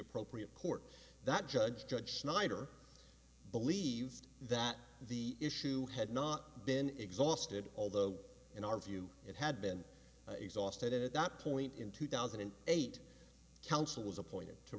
appropriate court that judge judge snyder believed that the issue had not been exhausted although in our view it had been exhausted and at that point in two thousand and eight counsel was appointed to